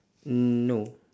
um no